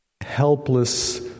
helpless